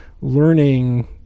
learning